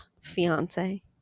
fiance